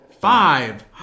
Five